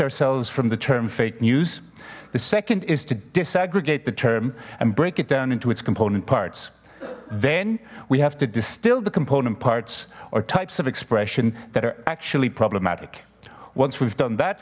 ourselves from the fake news the second is to disaggregate the term and break it down into its component parts then we have to distill the component parts or types of expression that are actually problematic once we've done that